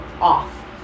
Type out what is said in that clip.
off